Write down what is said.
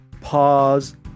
pause